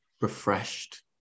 refreshed